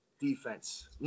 defense